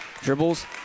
Dribbles